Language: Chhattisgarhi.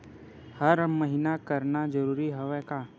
हर महीना करना जरूरी हवय का?